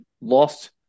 lost